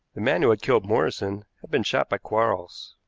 the man who had killed morrison had been shot by quarles.